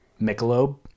Michelob